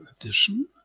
edition